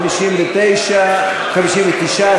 59,